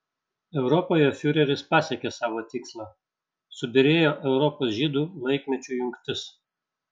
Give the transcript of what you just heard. europoje fiureris pasiekė savo tikslą subyrėjo europos žydų laikmečių jungtis